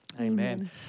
Amen